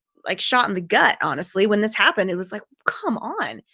like shot in the gut. honestly, when this happened, it was like, come on,